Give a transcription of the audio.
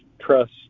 trust